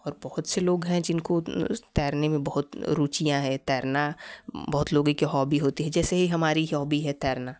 और बहुत से लोग है जिनको तैरने में बहुत रूचियाँ है तैरना बहुत लोगों कि हॉबी होती है जैसे ही हमारी हॉबी है तैरना